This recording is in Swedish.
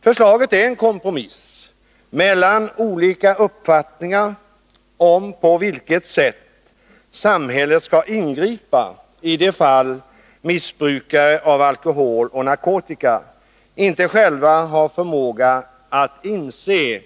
Förslaget är en kompromiss mellan olika uppfattningar om på vilket sätt samhället skall ingripa i de fall då missbrukare av alkohol och narkotika inte själva har förmåga att inse